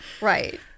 Right